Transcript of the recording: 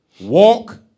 Walk